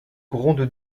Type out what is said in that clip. gronde